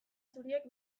zuriak